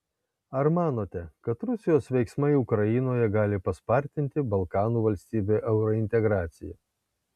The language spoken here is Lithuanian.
ar manote kad rusijos veiksmai ukrainoje gali paspartinti balkanų valstybių eurointegraciją